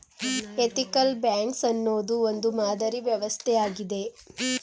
ethical banks ಅನ್ನೋದು ಒಂದು ಮಾದರಿ ವ್ಯವಸ್ಥೆ ಆಗಿದೆ